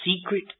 secret